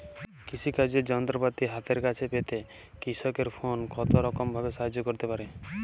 কৃষিকাজের যন্ত্রপাতি হাতের কাছে পেতে কৃষকের ফোন কত রকম ভাবে সাহায্য করতে পারে?